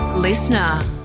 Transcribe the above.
listener